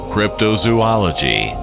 Cryptozoology